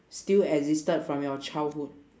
still existed from your childhood